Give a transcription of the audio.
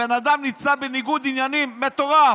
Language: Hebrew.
הבן אדם נמצא בניגוד עניינים מטורף,